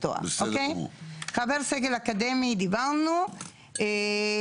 זאת אומרת אם נלך לפי הדרך הזאת אז אנחנו משכפלים את הוועדות